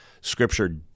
scripture